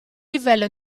livello